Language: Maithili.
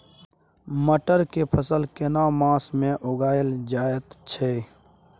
मटर के फसल केना मास में उगायल जायत छै?